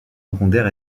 secondaire